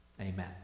Amen